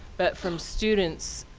but from students